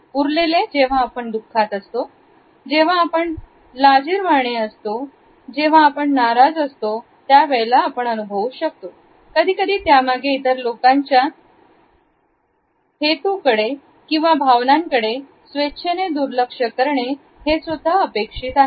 उरलेले जेव्हा आपण दुःखात असतो जेव्हा आपण लाजिरवाणी असतो जेव्हा आपण नाराज असतो त्यावेळेला अनुभवू शकतो कधीकधी त्यामागे इतर लोकांच्या हेतुकडे किंवा भावनांकडे स्वेच्छेने दुर्लक्ष करणे हे सुद्धा अपेक्षित आहे